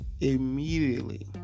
immediately